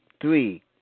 three